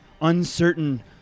uncertain